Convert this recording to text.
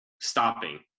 stopping